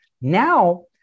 Now